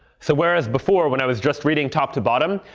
so whereas before when i was just reading top to bottom,